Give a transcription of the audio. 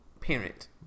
parent